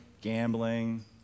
gambling